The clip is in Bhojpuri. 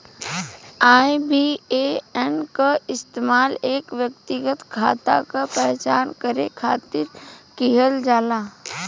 आई.बी.ए.एन क इस्तेमाल एक व्यक्तिगत खाता क पहचान करे खातिर किहल जाला